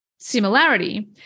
similarity